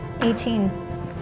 Eighteen